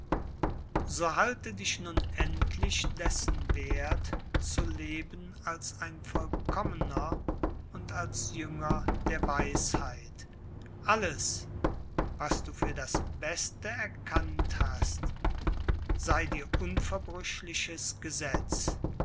so halte dich nun endlich dessen werth zu leben als ein vollkommener und als jünger der weisheit alles was du für das beste erkannt hast sei dir unverbrüchliches gesetz